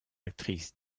actrices